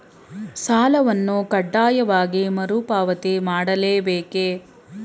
ಸಾಲವನ್ನು ಕಡ್ಡಾಯವಾಗಿ ಮರುಪಾವತಿ ಮಾಡಲೇ ಬೇಕೇ?